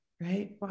right